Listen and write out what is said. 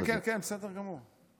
בסדר גמור.